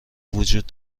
وجود